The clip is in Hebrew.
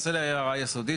אני רוצה להעיר הערה יסודית,